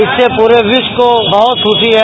इससे पूरे विश्व को बहुत खुशी है